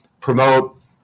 promote